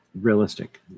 realistic